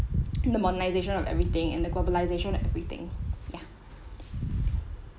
the modernisation of everything and the globalisation of everything yeah